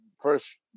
first